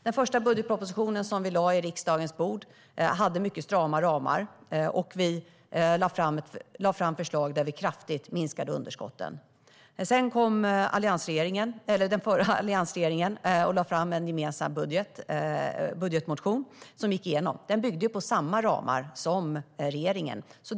Den första budgetpropositionen som vi lade på riksdagens bord hade mycket strama ramar. Vi lade fram förslag där vi kraftigt minskade underskotten. Sedan lade den förra alliansregeringen fram en gemensam budgetmotion som gick igenom. Den byggde på samma ramar som regeringens proposition.